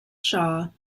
shaw